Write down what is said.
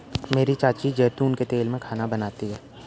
मेरी चाची जैतून के तेल में खाना बनाती है